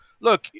look